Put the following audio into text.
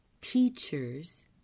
teachers